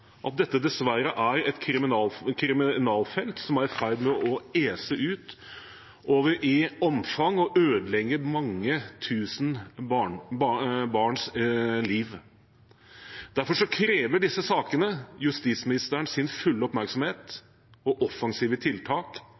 at dette dessverre er et kriminalfelt som er i ferd med å ese ut i omfang, og som ødelegger mange tusen barns liv. Derfor krever disse sakene justisministerens fulle oppmerksomhet og offensive tiltak,